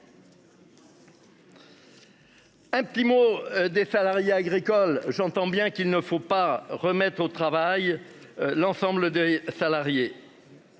Un petit mot des salariés agricoles. J'entends bien qu'il ne faut pas remettre au travail. L'ensemble des salariés.